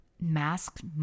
masked